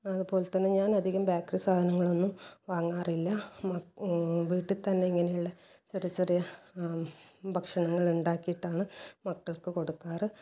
അതുപോലെ തന്നെ ഞാനധികം ബേക്കറി സാധനങ്ങൾ ഒന്നും വാങ്ങാറില്ല വീട്ടിൽ തന്നെ ഇങ്ങനെയുള്ള ചെറിയ ചെറിയ ഭക്ഷണങ്ങൾ ഉണ്ടാക്കിയിട്ടാണ് മക്കൾക്ക് കൊടുക്കാറ്